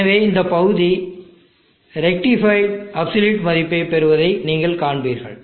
எனவே இந்த பகுதி ரெக்டிஃபைட் அப்சல்யூட் மதிப்பை பெறுவதை நீங்கள் காண்பீர்கள்